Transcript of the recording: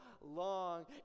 long